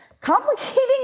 Complicating